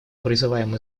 призываем